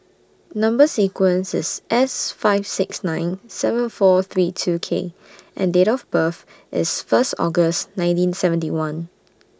Number sequence IS S five six nine seven four three two K and Date of birth IS First August nineteen seventy one